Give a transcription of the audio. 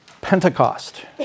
Pentecost